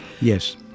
Yes